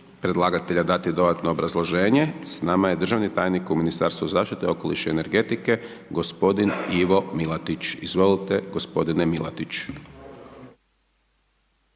predlagatelja da da dodatno obrazloženje. S nama je poštovani državni tajnik u Ministarstvu zaštite okoliša i energetike Ivo Milatić. Izvolite. **Milatić,